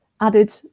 added